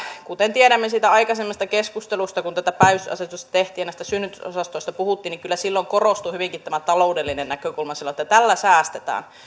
kuten tiedämme siitä aikaisemmasta keskustelusta kun tätä päivystysasetusta tehtiin ja näistä synnytysosastoista puhuttiin niin kyllä silloin korostui hyvinkin tämä taloudellinen näkökulma sanottiin että tällä säästetään